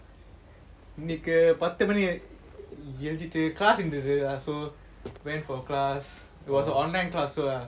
இன்னிக்கி பாத்து மணிகி எங்சிடு:iniki pathu maniki yeanchitu class இருந்துது:irunthuthu so went for class it was an online class so ya